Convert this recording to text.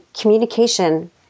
communication